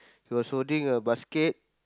he was holding a basket